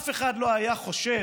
אף אחד לא היה חושב